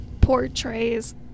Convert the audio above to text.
portrays